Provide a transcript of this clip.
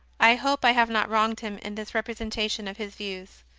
i hope i have not wronged him in this representation of his views.